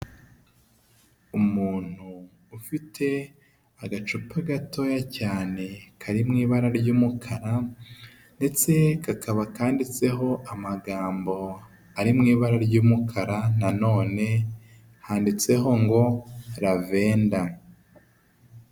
Umuntu ufite agacupa gatoya cyane, kari mu ibara ry'umukara, ndetse kakaba kanditseho amagambo ari mu ibara ry'umukara, na none handitseho ngo ravenda.